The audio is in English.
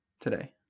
today